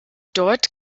dort